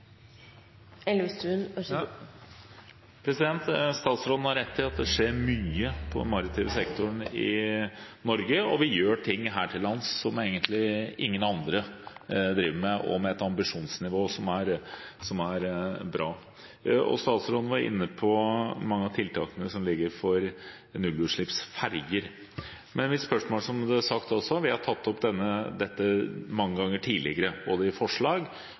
Statsråden har rett i at det skjer mye i den maritime sektoren i Norge. Vi gjør ting her til lands som egentlig ingen andre driver med, og med et ambisjonsnivå som er bra. Statsråden var inne på mange av tiltakene som foreligger for nullutslippsferger. Til mitt spørsmål: Som sagt, vi har tatt opp dette mange ganger tidligere, både i forslag,